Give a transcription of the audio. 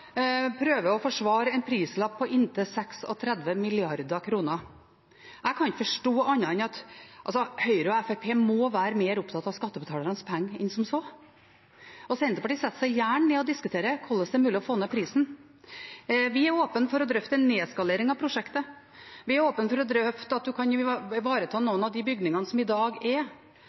å forsvare en prislapp på inntil 36 mrd. kr. Jeg kan ikke forstå annet enn at Høyre og Fremskrittspartiet må være mer opptatt av skattebetalernes penger enn som så. Senterpartiet setter seg gjerne ned og diskuterer hvordan det er mulig å få ned prisen. Vi er åpne for å drøfte en nedskalering av prosjektet. Vi er åpne for å drøfte at en kan ivareta noen av de bygningene som er i dag. Men spørsmålet er